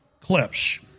clips